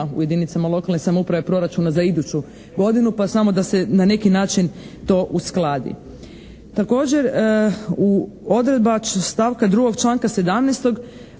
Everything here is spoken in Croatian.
u jedinicama lokalne samouprave proračuna za iduću godinu pa samo da se na neki način to uskladi. Također odredba stavka 2. članka 17.